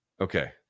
Okay